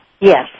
Yes